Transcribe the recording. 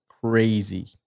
crazy